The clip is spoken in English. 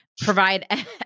provide